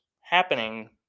happening